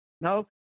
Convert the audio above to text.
No